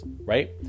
right